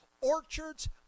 orchards